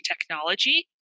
technology